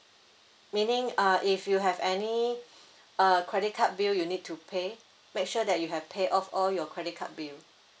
meaning uh if you have any err credit card bill you need to pay make sure that you have pay off all your credit card bill